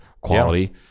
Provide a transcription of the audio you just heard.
quality